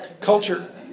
Culture